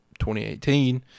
2018